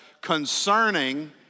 Concerning